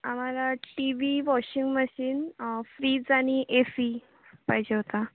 आम्हाला TV washing machine fridge आणि AC पाहिजे होता